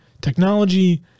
Technology